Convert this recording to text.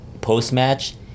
post-match